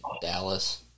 Dallas